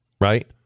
right